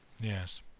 Yes